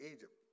Egypt